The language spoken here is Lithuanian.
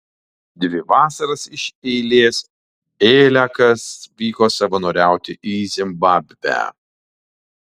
dvi vasaras iš eilės bėliakas vyko savanoriauti į zimbabvę